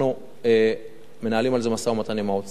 אנחנו מנהלים על זה משא-ומתן עם האוצר.